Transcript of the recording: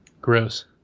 Gross